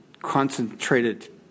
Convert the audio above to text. concentrated